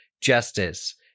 justice